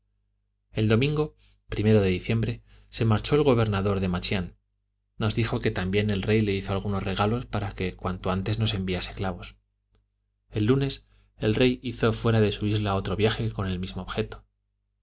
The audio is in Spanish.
el domingo primero de diciembre se marchó el gobernador de machián nos dijo que también el rey le hizo algunos regalos para que cuanto antes nos enviase clavos el lunes el rey hizo fuera de su isla otro viaje con el mismo objeto